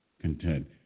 content